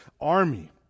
army